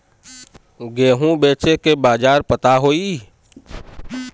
गेहूँ बेचे के बाजार पता होई?